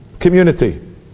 community